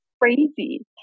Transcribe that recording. crazy